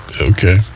Okay